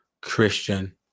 Christian